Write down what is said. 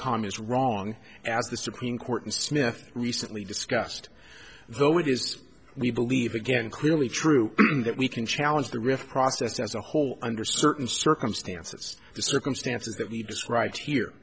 comm is wrong as the supreme court and smith recently discussed though it is we believe again clearly true that we can challenge the riff process as a whole under certain circumstances the circumstances that we described here